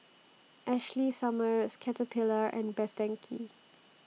Ashley Summers Caterpillar and Best Denki